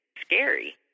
scary